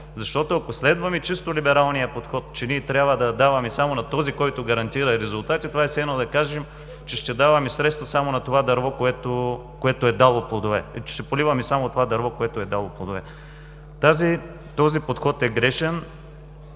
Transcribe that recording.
защото ако следваме чисто либералния подход, че ние трябва да даваме само на този, който гарантира резултати, това е все едно да кажем, че ще поливаме само това дърво, което е дало плодове. Този подход е грешен!